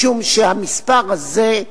משום שהמספר הזה,